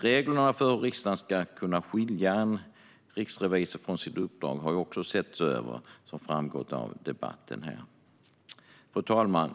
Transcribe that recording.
Reglerna för hur riksdagen ska kunna skilja en riksrevisor från sitt uppdrag har också setts över, som framgått av debatten här. Fru talman!